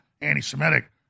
anti-Semitic